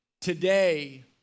today